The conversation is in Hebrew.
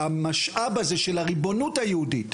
שהמשאב הזה של הריבונות היהודית,